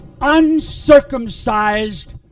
uncircumcised